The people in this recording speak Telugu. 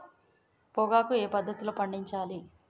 పొగాకు ఏ పద్ధతిలో పండించాలి?